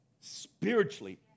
spiritually